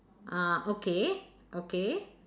ah okay okay